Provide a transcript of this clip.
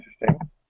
interesting